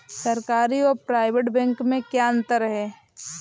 सरकारी और private bank में क्या अंतर है?